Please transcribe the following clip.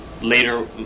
Later